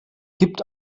gibt